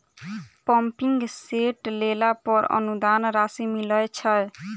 Pumping set लेला पर अनुदान राशि मिलय छैय?